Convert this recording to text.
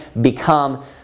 become